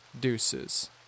Deuces